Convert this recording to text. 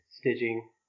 stitching